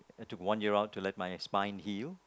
I took one year round to let my spine heal